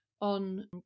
on